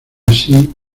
así